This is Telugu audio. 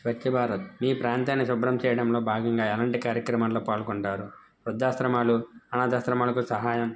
స్వచ్ఛ భారత్ మీ ప్రాంతాన్ని శుభ్రం చేయడంలో భాగంగా ఎలాంటి కార్యక్రమాల్లో పాల్గొంటారు వృద్ధాశ్రమాలు అనాధాశ్రమాలకు సహాయం